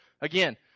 Again